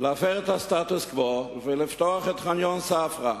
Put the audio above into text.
להפר את הסטטוס-קוו ולפתוח את חניון ספרא.